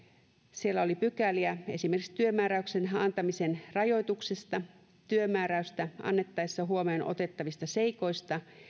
siellä oli pykäliä esimerkiksi työmääräyksen antamisen rajoituksista työmääräystä annettaessa huomioon otettavista seikoista